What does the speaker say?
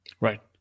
Right